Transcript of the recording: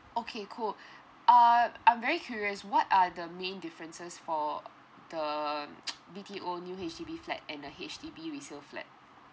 okay cool uh I'm very curious what are the main differences for the B_T_O new H_D_B flat and the H_D_B resale flat